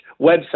website